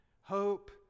Hope